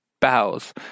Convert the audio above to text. bows